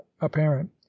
apparent